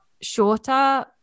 shorter